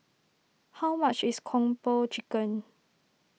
how much is Kung Po Chicken